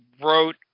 wrote